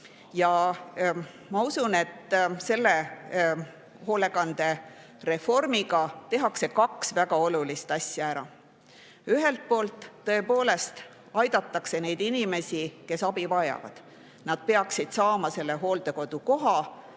Ma usun, et selle hoolekandereformiga tehakse ära kaks väga olulist asja. Ühelt poolt tõepoolest aidatakse neid inimesi, kes abi vajavad. Nad peaksid saama hooldekodukoha